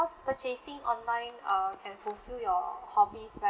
cause purchasing online uh can fulfill your hobbies right